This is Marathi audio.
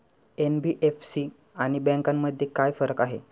एन.बी.एफ.सी आणि बँकांमध्ये काय फरक आहे?